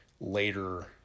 later